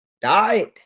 Died